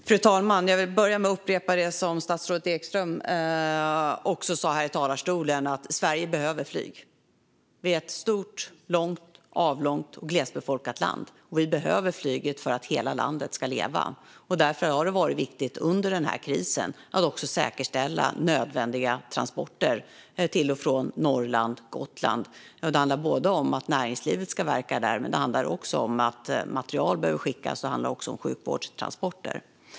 Fru talman! Jag vill börja med att upprepa det som statsrådet Ekström sa här i talarstolen: Sverige behöver flyg. Vi är ett stort, avlångt och glesbefolkat land. Vi behöver flyget för att hela landet ska leva. Därför har det under den här krisen varit viktigt att säkerställa nödvändiga transporter till och från Norrland och Gotland. Det handlar om att näringslivet ska kunna verka där, men det handlar också om att material behöver skickas och om sjukvårdstransporter.